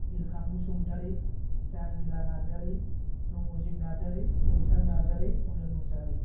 Birkhang Basumatary Jangila Narzary Nabajit Narzary Jongsar Narzary Anil Mushahary